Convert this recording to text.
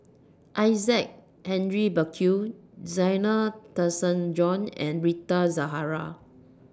Isaac Henry Burkill Zena Tessensohn and Rita Zahara